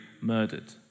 murdered